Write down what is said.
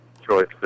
choice